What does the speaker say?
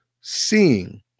seeing